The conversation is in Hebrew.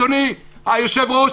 אדוני היושב-ראש,